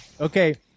Okay